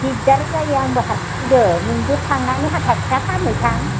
दिग्दार जायो आंबो हारसिंजों नोंबो थांनानै हाथा खिथा खालामहैथां